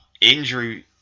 injury